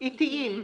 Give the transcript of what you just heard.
עתיים.